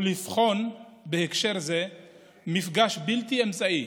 ולבחון בהקשר זה מפגש בלתי אמצעי